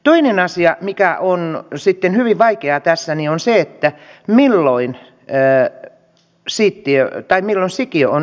toinen asia mikä on sitten hyvin vaikeaa tässä on se milloin sikiö on ihminen